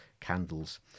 candles